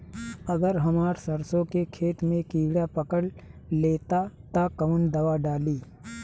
अगर हमार सरसो के पेड़ में किड़ा पकड़ ले ता तऽ कवन दावा डालि?